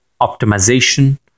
optimization